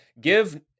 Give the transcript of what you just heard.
give